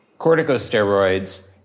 corticosteroids